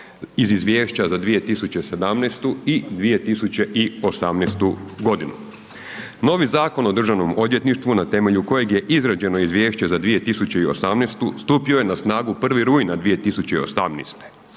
iz Izvješća za 2017. i 2018. godinu. Novi Zakon o državnom odvjetništvu na temelju kojeg je izrađeno Izvješće za 2018. stupio je na snagu 1. rujna 2018., raniji